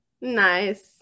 nice